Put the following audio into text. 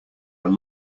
are